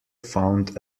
found